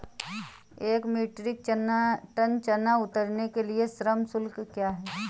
एक metric ton चना उतारने के लिए श्रम शुल्क क्या है?